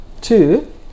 Two